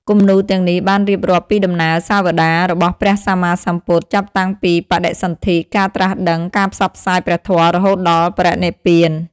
គំនូរទាំងនេះបានរៀបរាប់ពីដំណើរសាវតារបស់ព្រះសម្មាសម្ពុទ្ធ ចាប់តាំងពីបដិសន្ថិ ការត្រាស់ដឹង ការផ្សព្វផ្សាយព្រះធម៌រហូតដល់បរិនិព្វាន។